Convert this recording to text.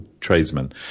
tradesmen